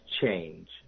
change